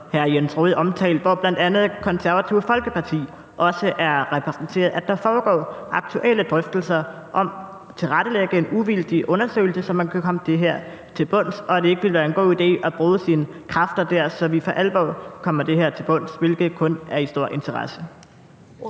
som hr. Jens Rohde omtalte, hvor bl.a. Det Konservative Folkeparti også er repræsenteret, altså at der foregår aktuelle drøftelser om at tilrettelægge en uvildig undersøgelse, så man kan komme til bunds i det her, og at det ville være en god idé at bruge sine kræfter der, så vi for alvor kommer til bunds i det her, hvilket der jo kun er stor interesse